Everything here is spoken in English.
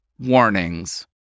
warnings